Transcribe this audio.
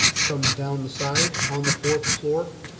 comes down the side on the fourth floor.